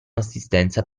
assistenza